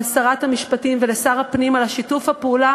לשרת המשפטים ולשר הפנים על שיתוף הפעולה